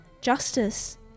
justice